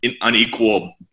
unequal